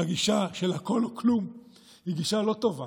הגישה של הכול או כלום היא גישה לא טובה,